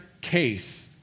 case